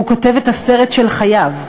הוא כותב את הסרט של חייו.